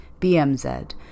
BMZ